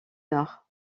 nord